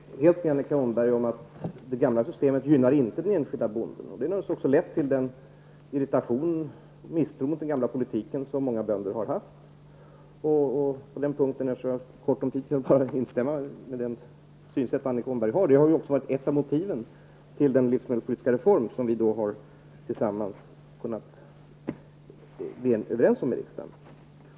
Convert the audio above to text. Herr talman! Jag håller helt med Annika Åhnberg om att det gamla systemet inte gynnar den enskilde bonden. Detta har naturligtvis också varit orsak till den irritation över och misstro mot den gamla politiken som många bönder har känt. Låt mig på den punkten, eftersom jag har smått om tid, bara instämma i Annika Åhnbergs synsätt. Det har också varit ett av motiven till den livsmedelspolitiska reform som vi tillsammans har kunnat bli överens om i riksdagen.